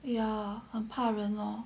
ya 很怕人咯